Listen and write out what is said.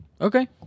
Okay